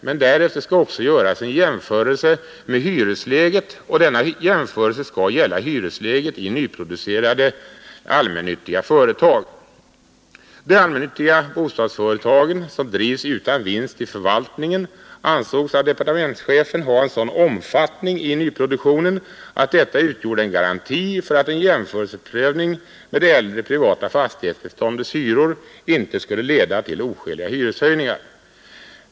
Men därefter skall också göras en jämförelse med hyresläget, och denna jämförelse skall gälla hyresläget i nyproducerade allmännyttiga företag. De allmännyttiga bostadsföretagen, som drivs utan vinst i förvaltningen, ansågs av departementschefen ha en sådan omfattning i nyproduktionen att detta utgjorde en garanti för att en jämförelseprövning med det äldre privata fastighetsbeståndets hyror inte skulle leda till oskäliga hyreshöjningar.